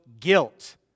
guilt